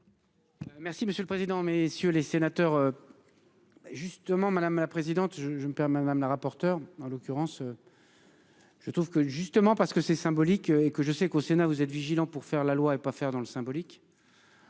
Merci monsieur le président, messieurs les sénateurs. Justement, madame la présidente, je, je me permets madame la rapporteure. En l'occurrence. Je trouve que justement parce que c'est symbolique et que je sais qu'au Sénat, vous êtes vigilants pour faire la loi et pas faire dans le symbolique.